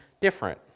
different